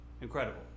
Incredible